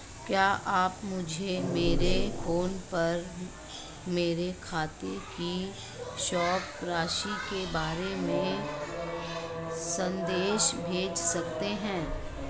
क्या आप मुझे मेरे फ़ोन पर मेरे खाते की शेष राशि के बारे में संदेश भेज सकते हैं?